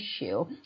issue